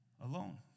alone